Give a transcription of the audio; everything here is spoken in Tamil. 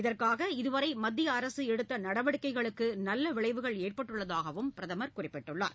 இதற்காக இதுவரை மத்திய அரசு எடுத்த நடவடிக்கைகளுக்கு நல்ல விளைவுகள் ஏற்பட்டுள்ளதாகவும் பிரதமர் குறிப்பிட்டுள்ளார்